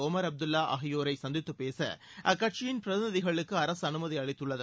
Omar Abdullah ஆகியோரை சந்தித்துப் பேச அக்கட்சியின் பிரதிநிதிகளுக்கு அரசு அனுமதி அளித்துள்ளது